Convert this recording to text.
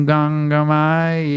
Gangamai